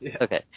okay